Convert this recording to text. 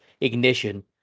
ignition